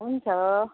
हुन्छ